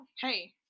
hey